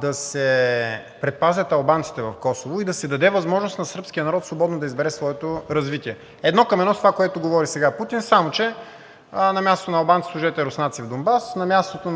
да се предпазят албанците в Косово и да се даде възможност на сръбския народ свободно да избере своето развитие. Едно към едно с това, което говори сега Путин, само че на мястото на албанците сложете руснаци в Донбас, на мястото